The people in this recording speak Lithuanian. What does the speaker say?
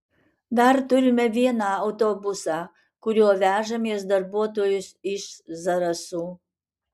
dar turime vieną autobusą kuriuo vežamės darbuotojus iš zarasų